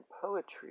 poetry